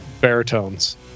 baritones